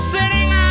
Sitting